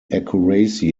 accuracy